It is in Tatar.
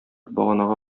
баганага